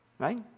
Right